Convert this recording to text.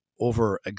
over